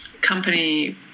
company